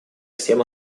всем